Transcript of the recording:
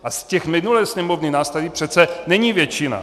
A z té minulé Sněmovny nás tady přece není většina.